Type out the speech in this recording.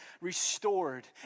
restored